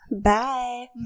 Bye